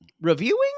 reviewing